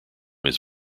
his